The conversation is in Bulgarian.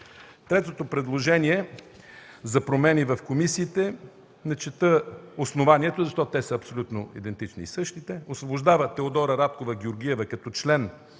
Третото предложение за промени в комисиите. Не чета основанията, защото те са абсолютно идентични. „Освобождава Теодора Радкова Георгиева като член